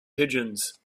pigeons